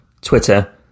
Twitter